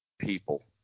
people